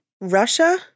Russia